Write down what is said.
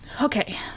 Okay